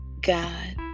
God